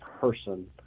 person